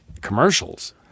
commercials